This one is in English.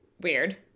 weird